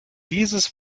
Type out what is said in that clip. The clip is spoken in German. dieses